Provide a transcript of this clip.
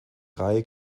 reihe